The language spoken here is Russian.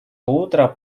утро